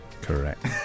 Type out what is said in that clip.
Correct